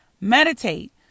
Meditate